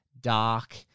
dark